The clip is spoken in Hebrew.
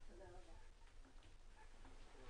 הישיבה